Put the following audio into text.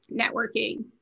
networking